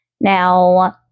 Now